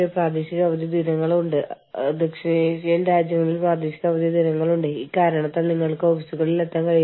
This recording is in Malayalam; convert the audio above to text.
പക്ഷേ നിങ്ങൾ അത് എങ്ങനെ ചെയ്യും ആ പ്രദേശത്തെ പ്രാദേശിക നിയമങ്ങളാൽ ഇത് നിയന്ത്രിക്കപ്പെടും